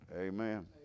Amen